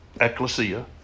ecclesia